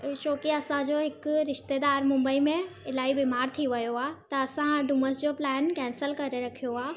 ऐं छो की असांजो हिकु रिश्तेदारु मुंबई में इलाही बीमारु थी वियो आहे त असां डुम्स जो प्लैन कैंसिल करे रखियो आहे